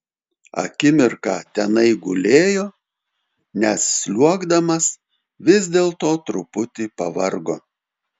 akimirką tenai gulėjo nes sliuogdamas vis dėlto truputį pavargo